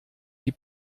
die